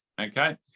okay